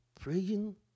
Praying